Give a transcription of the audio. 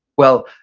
well,